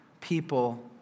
people